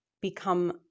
become